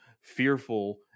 fearful